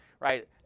Right